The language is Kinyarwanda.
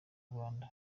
rwanda